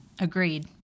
Agreed